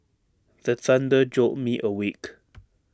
the thunder jolt me awake